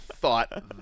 thought